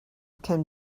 can